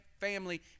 family